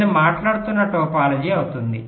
నేను మాట్లాడుతున్న టోపోలాజీ అవుతుంది